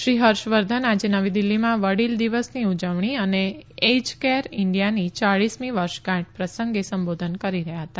શ્રી હર્ષવર્ધન આજે નવી દિલ્ફીમાં વડીલ દિવસની ઉજવણી અને એઝ કેર ઇન્ડિયાની ચાલીસમી વર્ષગાંઠ પ્રસંગે સંબોધન કરી રહયાં હતા